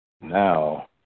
now